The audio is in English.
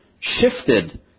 shifted